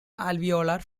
alveolar